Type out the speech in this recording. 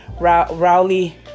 Rowley